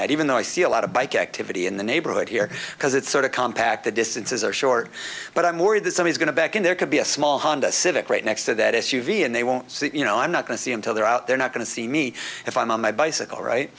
that even though i see a lot of bike activity in the neighborhood here because it's sort of compact disc it's is a short but i'm worried that some he's going to back in there could be a small honda civic right next to that s u v and they won't see it you know i'm not going to see until they're out they're not going to see me if i'm on my bicycle right